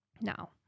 now